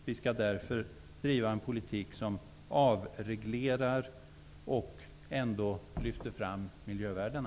Vi skall därför driva en avreglerande politik, som ändå samtidigt lyfter fram miljövärdena.